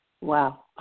Wow